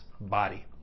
body